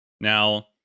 Now